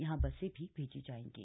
यहां बसें भी भेजी जाएंगी